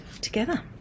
together